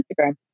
Instagram